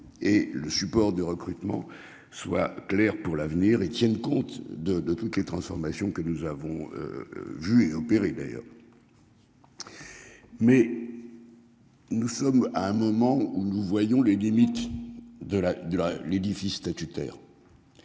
et le support de recrutement soient claires pour l'avenir ils tiennent compte de de toutes les transformations que nous avons. Vu et opéré d'ailleurs. Mais. Nous sommes à un moment où nous voyons les limites de la de la l'édifice statutaire.